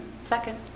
Second